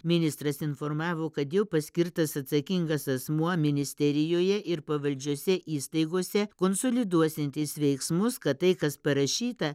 ministras informavo kad jau paskirtas atsakingas asmuo ministerijoje ir pavaldžiose įstaigose konsoliduojantys veiksmus kad tai kas parašyta